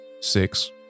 Six